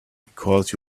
because